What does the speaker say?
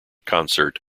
concert